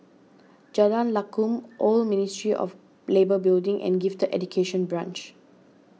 Jalan Lakum Old Ministry of Labour Building and Gifted Education Branch